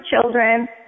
children